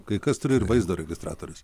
kai kas turi ir vaizdo registratorius